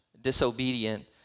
disobedient